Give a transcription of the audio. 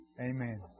Amen